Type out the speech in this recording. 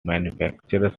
manufacturers